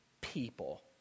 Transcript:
people